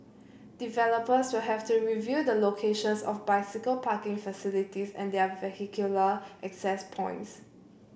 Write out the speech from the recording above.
developers will have to review the locations of bicycle parking facilities and their vehicular access points